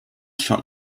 shot